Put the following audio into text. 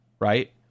Right